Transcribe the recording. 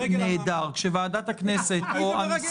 -- נעדר, כשוועדת הכנסת או --- אותי זה מרגש.